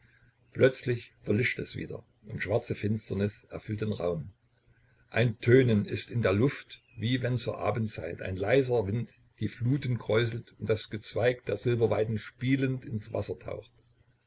plötzlich verlischt es wieder und schwarze finsternis erfüllt den raum ein tönen ist in der luft wie wenn zur abendzeit ein leiser wind die fluten kräuselt und das gezweig der silberweiden spielend ins wasser taucht